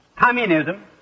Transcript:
Communism